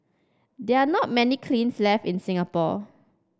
there are not many kilns left in Singapore